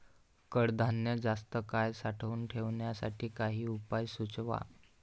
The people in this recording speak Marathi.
कडधान्य जास्त काळ साठवून ठेवण्यासाठी काही उपाय सुचवा?